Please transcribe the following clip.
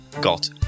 got